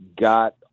got